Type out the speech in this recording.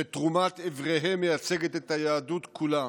שתרומת איבריהם מייצגת את היהדות כולה.